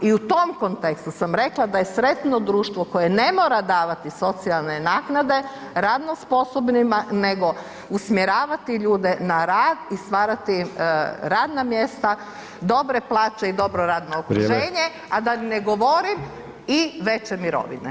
I u tom kontekstu sam rekla da je sretno društvo koje ne mora davati socijalne naknade radno sposobnima nego usmjeravati ljude na rad i stvarati radna mjesta, dobre plaće i dobro radno okruženje [[Upadica: Vrijeme.]] a da ne govorim i veće mirovine.